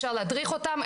אפשר להדריך אותם,